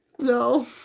No